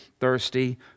thirsty